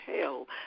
hell